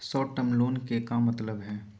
Short term loan के का मतलब हई?